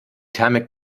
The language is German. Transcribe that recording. thermik